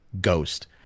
Ghost